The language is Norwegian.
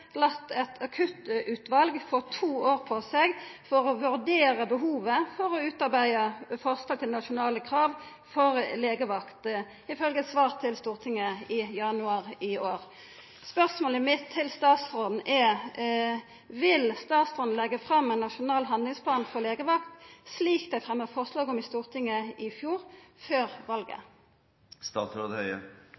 eit akuttutval fått to år på seg til å «vurdere behovet for å utarbeide et forslag til nasjonale krav for legevakt», ifølgje svaret til Stortinget i januar i år. Spørsmålet mitt til statsråden er: Vil statsråden leggja fram ein nasjonal handlingsplan for legevakt, slik dei fremja forslag om i Stortinget i fjor – før valet?